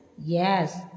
Yes